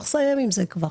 צריך לסיים עם זה כבר.